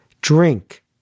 drink